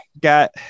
got